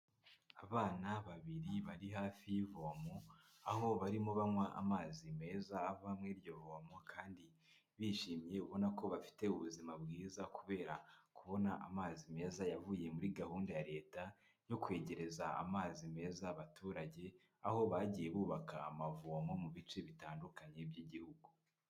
Abana babiri bari hafi y'ivomo, aho barimo banywa amazi meza ava muri iryo vomo kandi bishimye ubona ko bafite ubuzima bwiza kubera kubona amazi meza, yavuye muri gahunda ya Leta yo kwegereza amazi meza abaturage, aho bagiye bubaka amavomo mu bice bitandukanye by'igihugu.